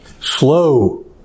slow